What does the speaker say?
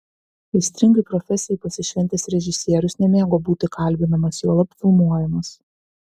aistringai profesijai pasišventęs režisierius nemėgo būti kalbinamas juolab filmuojamas